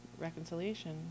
reconciliation